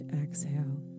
exhale